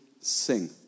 sing